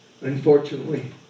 Unfortunately